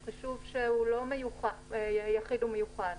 זה לא חישוב יחיד ומיוחד.